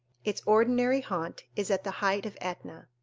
its ordinary haunt is at the height of etna.